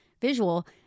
visual